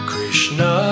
Krishna